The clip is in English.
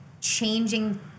Changing